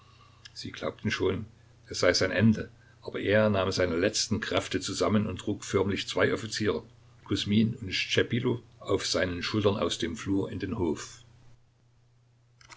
sie glaubten schon es sei sein ende aber er nahm seine letzten kräfte zusammen und trug förmlich zwei offiziere kusmin und schtschepilo auf seinen schultern aus dem flur in den hof